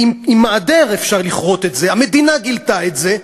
עם מעדר אפשר לכרות את זה, המדינה גילתה את זה,